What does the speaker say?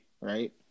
right